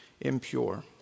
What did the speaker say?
impure